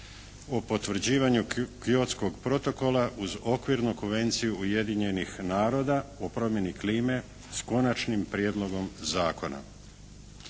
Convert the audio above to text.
o potvrđivanju Kyotskog protokola uz Okvirnu konvenciju Ujedinjenih naroda o promjeni klime s konačnim prijedlogom zakona.